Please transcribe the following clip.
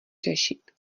řešit